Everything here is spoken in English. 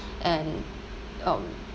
and um